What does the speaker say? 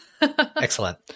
Excellent